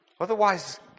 Otherwise